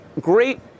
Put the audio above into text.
great